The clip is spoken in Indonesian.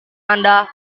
anda